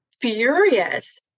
furious